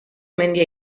mendia